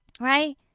Right